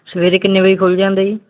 ਸਵੇਰੇ ਕਿੰਨੇ ਵਜੇ ਖੁੱਲ੍ਹ ਜਾਂਦਾ ਜੀ